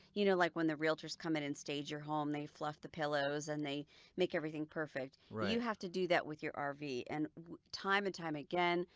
you know like when the realtors come in and stage your home, they fluff the pillows and they make everything perfect you have to do that with your um rv and time and time again,